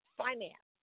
finance